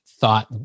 thought